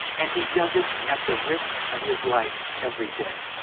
and he does it at the risk of his life every day,